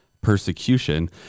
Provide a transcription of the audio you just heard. persecution